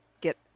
get